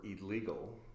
illegal